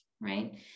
Right